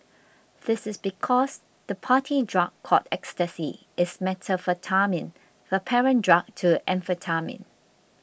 this is because the party drug called Ecstasy is methamphetamine the parent drug to amphetamine